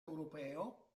europeo